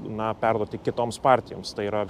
na perduoti kitoms partijoms tai yra